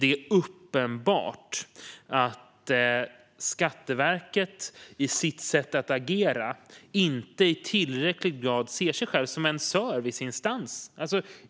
Det är uppenbart att Skatteverket i sitt sätt att agera inte i tillräckligt hög grad ser sig själv som en serviceinstans.